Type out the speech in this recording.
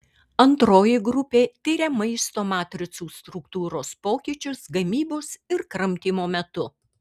antroji grupė tiria maisto matricų struktūros pokyčius gamybos ir kramtymo metu